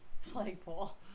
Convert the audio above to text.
flagpole